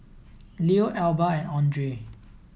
Leo Alba and Andre